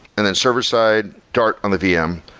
and then server-side, dart on the vm.